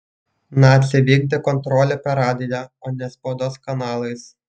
naciai vykdė kontrolę per radiją o ne spaudos kanalais